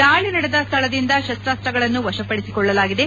ದಾಳಿ ನಡೆದ ಸ್ಥಳದಿಂದ ಶಸ್ತಾಸ್ತಗಳನ್ನು ವಶಪಡಿಸಿಕೊಳ್ಳಲಾಗಿದೆ